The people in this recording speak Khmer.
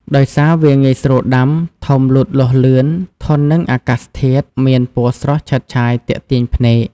ដោយសារវាងាយស្រួលដាំ ធំលូតលាស់លឿន ធន់នឹងអាកាសធាតុមាន ពណ៌ស្រស់ឆើតឆាយទាក់ទាញភ្នែក។